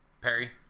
perry